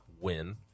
win